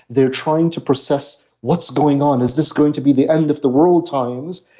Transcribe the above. they're trying to process what's going on, is this going to be the end of the world times,